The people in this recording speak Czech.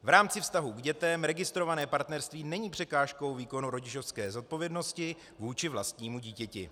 V rámci vztahu k dětem registrované partnerství není překážkou výkonu rodičovské zodpovědnosti vůči vlastnímu dítěti.